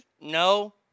No